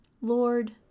Lord